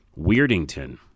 Weirdington